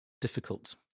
difficult